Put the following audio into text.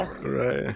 Right